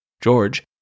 George